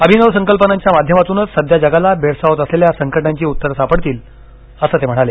अभिनव संकल्पनांच्या माध्यमातूनच सध्या जगाला भेडसावत असलेल्या संकटांची उत्तरं सापडतील असं ते म्हणाले